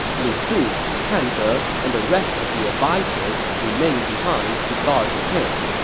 lu su, kan ze, and the rest of the advisers remained behind to guard the camp.